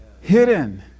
hidden